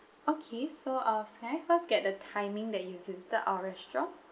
okay so uh can I first get the timing that you visited our restaurant